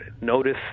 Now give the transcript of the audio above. notice